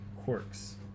quirks